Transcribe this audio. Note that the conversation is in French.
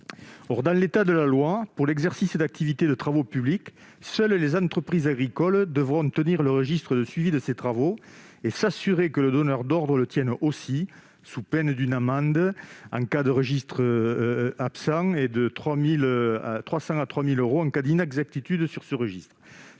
en l'état de la loi, pour l'exercice d'activités de travaux publics, seules les entreprises agricoles devront tenir le registre de suivi de ces travaux et s'assurer que le donneur d'ordre le tient aussi, sous peine d'une amende de 10 000 euros en cas d'absence de registre ou d'une amende de 300 à 3 000 euros en cas d'inexactitudes sur ce registre.